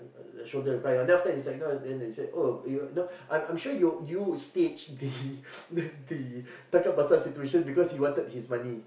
her shoulder to cry on then after that is like you know then they say oh you you know I I'm sure you you staged the the tangkap basah situation because you wanted his money